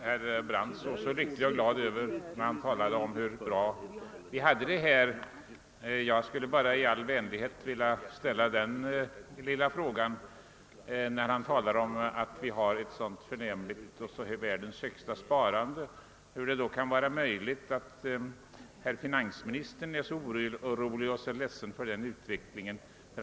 Herr talman! Herr Brandt såg ut att vara riktigt glad, när han talade om hur bra vi har det här i Sverige. Jag skulle bara i all vänlighet vilja ställa följande lilla fråga med anledning av att han talar om att vi har ett så förnämligt sparande, världens högsta sparande: Hur kan det då vara möjligt, att finansministern är så orolig och ledsen för utvecklingen?